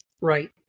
Right